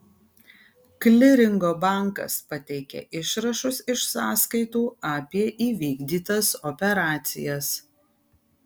kliringo bankas pateikia išrašus iš sąskaitų apie įvykdytas operacijas